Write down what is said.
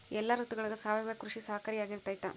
ಎಲ್ಲ ಋತುಗಳಗ ಸಾವಯವ ಕೃಷಿ ಸಹಕಾರಿಯಾಗಿರ್ತೈತಾ?